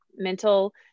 mental